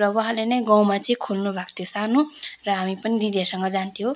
र उहाँले नै गाउँमा चाहिँ खोल्नुभएको थियो सानो र हामी पनि दिदीहरूसँग जान्थ्यौँ